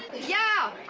yeah!